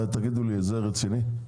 תגידו לי, זה רציני?